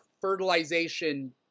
fertilization